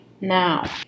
now